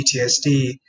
PTSD